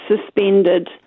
suspended